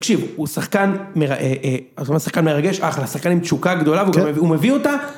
תקשיבו, הוא שחקן מרגש אחלה, שחקן עם תשוקה גדולה והוא מביא אותה.